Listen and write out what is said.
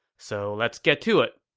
so let's get to it